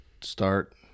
start